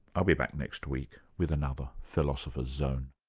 i'll be back next week with another philosopher's zone